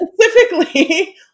specifically